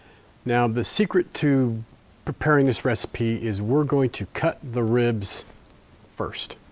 now the secret to preparing this recipe is we're going to cut the ribs first.